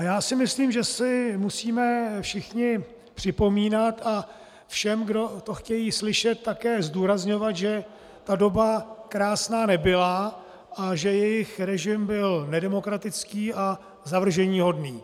Já si myslím, že si musíme všichni připomínat, a všem, kdo to chtějí slyšet také zdůrazňovat, že ta doba krásná nebyla a že jejich režim byl nedemokratický a zavrženíhodný.